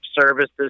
services